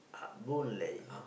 uh Boon-Lay